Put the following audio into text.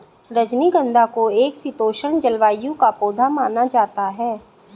रजनीगंधा को एक शीतोष्ण जलवायु का पौधा माना जाता है